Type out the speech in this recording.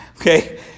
Okay